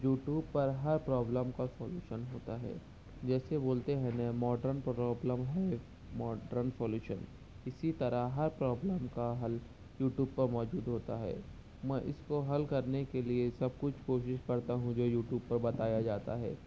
YouTube پر ہر problem کا سولوشن ہوتا ہے جیسے بولتے ہیں نا موڈرن پروبلم ہے موڈرن سولوشن اسی طرح ہر پرابلم کا حل یوٹوب پر موجود ہوتا ہے میں اس کو حل کرنے کے لیے سب کچھ کوشش کرتا ہوں جو یوٹوب پہ بتایا جاتا ہے